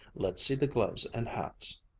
let's see the gloves and hats.